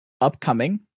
upcoming